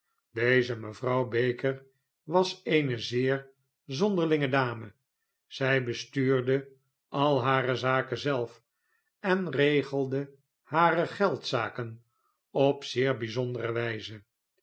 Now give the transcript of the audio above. deze mevrouw baker was eene zeer zonderlinge dame zij bestuurde al hare zaken zelf en regelde hare geldzaken op zeer bijzondere wijze